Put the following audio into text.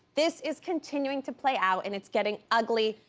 this is continuing to play out, and it's getting ugly,